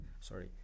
sorry